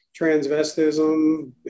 transvestism